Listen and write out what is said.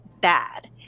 bad